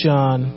John